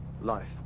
life